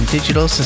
Digital